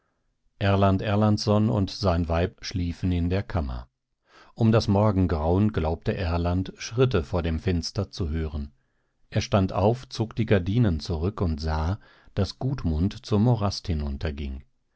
erland erlandsson und sein weib schliefen in der kammer um das morgengrauen glaubte erland schritte vor dem fenster zu hören er stand auf zog die gardinen zurück und sah daß gudmund zum morast